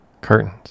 curtains